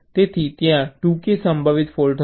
તેથી ત્યાં 2k સંભવિત ફૉલ્ટ હશે